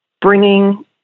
bringing